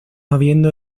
habiendo